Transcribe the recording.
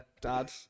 dad